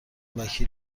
وکیل